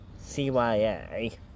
CYA